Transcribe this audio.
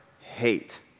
hate